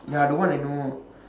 ya that one I know